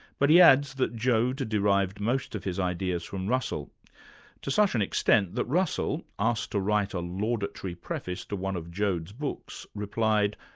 but he adds that joad derived most of his ideas from russell to such an extent that russell asked to write a laudatory preface to one of joad's books replied,